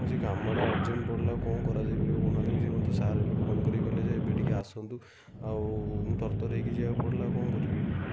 ହଁ ସେଇ କାମଟା ଅରଜେଣ୍ଟ୍ ପଡ଼ିଲା ଆଉ କ'ଣ କରାଯାଇ ପାରିବ କହୁନାହାନ୍ତି ଯେ ମୋତେ ସାର୍ ଏବେ ଫୋନ୍ କରିକି କହିଲେ ଯେ ଏବେ ଟିକେ ଆସନ୍ତୁ ଆଉ ତରତର ହୋଇକି ଯିବାକୁ ପଡ଼ିଲା ଆଉ କ'ଣ କରିବି